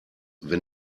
wenn